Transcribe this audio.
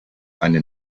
eine